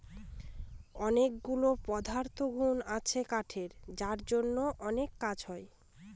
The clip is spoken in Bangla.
অনেকগুলা পদার্থগুন আছে কাঠের যার জন্য অনেক কাজ হয়